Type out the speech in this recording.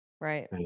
Right